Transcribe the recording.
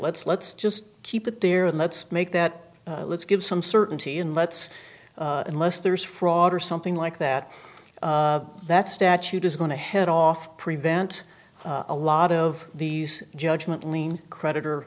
let's let's just keep it there and let's make that let's give some certainty in let's unless there's fraud or something like that that statute is going to head off prevent a lot of these judgment lien creditor